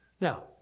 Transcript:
Now